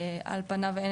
על פניו,